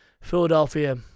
Philadelphia